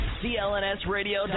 clnsradio